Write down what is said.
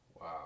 Wow